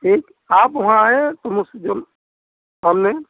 ठीक आप वहाँ आएं तो हम उसी दिन सामने